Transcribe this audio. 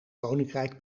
koninkrijk